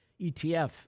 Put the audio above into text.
ETF